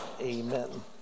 amen